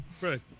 Right